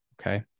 Okay